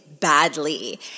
badly